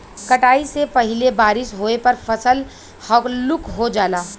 कटाई से पहिले बारिस होये पर फसल हल्लुक हो जाला